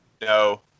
No